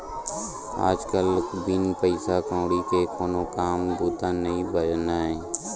आज कल बिन पइसा कउड़ी के कोनो काम बूता नइ बनय